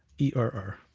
e r r.